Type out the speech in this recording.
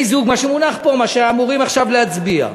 מה שמונח פה, מה שאמורים עכשיו להצביע,